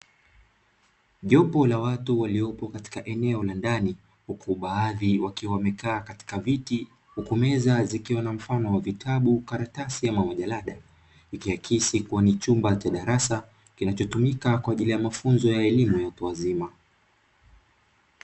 Jopo la watu waliopo katika eneo la ndani huku baadhi wakiwa wamekaakatika viti, huku meza zikiwa na mfano wa vitabu, karatasi au majarada ikiakisi kuwa ni chumba cha darasa kinachotumika kwa ajili ya mafunzo ya elimu ya watu wazima.